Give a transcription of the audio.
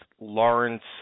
Lawrence